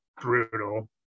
brutal